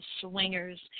swingers